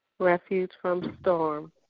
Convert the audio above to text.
refugefromstorm